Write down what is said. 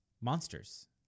monsters